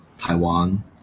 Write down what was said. Taiwan